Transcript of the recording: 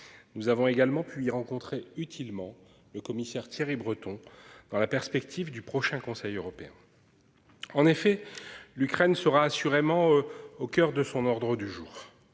Nous avons également pu y rencontrer utilement le commissaire, Thierry Breton. Dans la perspective du prochain conseil européen. En effet, l'Ukraine sera assurément au coeur de son ordre du jour.